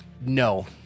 No